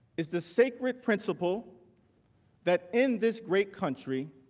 is this sacred principle that in this great country